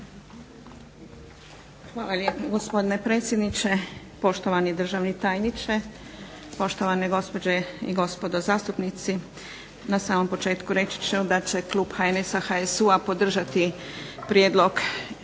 Hvala lijepa gospodine predsjedniče, poštovani državni tajniče, poštovane gospođe i gospodo zastupnici. Na samom početku reći ću da će klub HNS-HSU-a podržati prijedlog